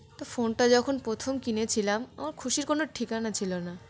তো ফোনটা যখন প্রথম কিনেছিলাম আমার খুশির কোনো ঠিকানা ছিল না